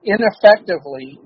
Ineffectively